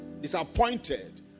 disappointed